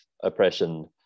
oppression